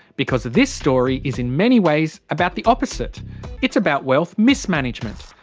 because this story is in many ways about the opposite it's about wealth mismanagement.